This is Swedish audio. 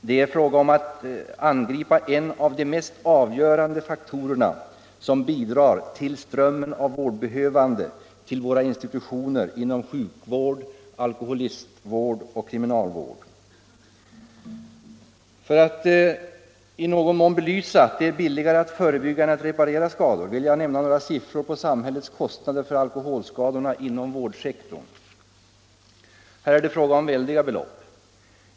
Det gäller att angripa en av de mest avgörande faktorerna som bidrar till strömmen av vårdbehövande till våra institutioner inom sjukvård, alkoholistvård och kriminalvård. För att i någon mån belysa att det är billigare att förebygga än att reparera skador vill jag nämna några siffror på samhällets kostnader för alkoholskadorna inom vårdsektorn. Här är det fråga om väldiga belopp.